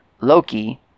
Loki